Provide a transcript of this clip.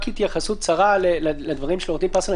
רק התייחסות קצרה לדברים של עו"ד פסטרנק,